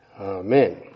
Amen